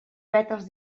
pètals